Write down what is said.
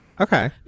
Okay